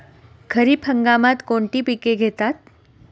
खरीप हंगामात कोणती पिके घेतात?